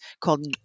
called